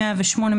108,